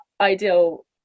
ideal